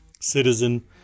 citizen